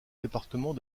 département